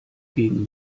gegen